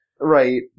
Right